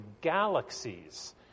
galaxies